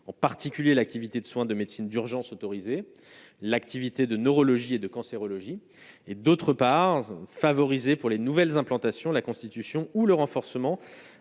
en particulier l'activité de soins de médecine d'urgence, l'activité de neurologie et de cancérologie et d'autre part favoriser pour les nouvelles implantations la Constitution ou le renforcement